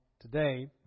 today